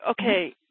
okay